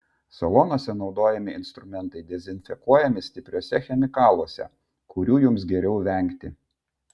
salonuose naudojami instrumentai dezinfekuojami stipriuose chemikaluose kurių jums geriau vengti